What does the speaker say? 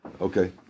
Okay